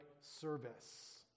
service